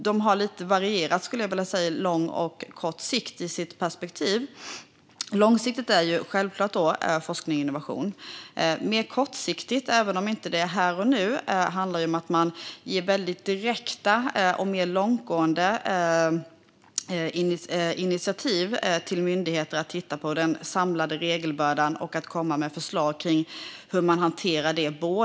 De har lite varierat lång och kort sikt i sitt perspektiv. Långsiktigt är självklart forskning och innovation. Mer kortsiktigt, även om det inte är här och nu, handlar det om att man ger väldigt direkta och mer långtgående initiativ till myndigheter att titta på den samlade regelbördan och komma med förslag till hur man hanterar det.